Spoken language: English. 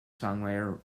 songwriter